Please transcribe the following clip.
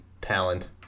talent